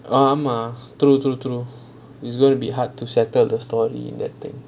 ஆமா:aamaa true true true is going to be hard to settle the story and the thing